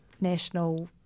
national